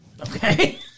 okay